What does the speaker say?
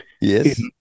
Yes